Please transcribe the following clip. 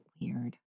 weird